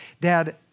dad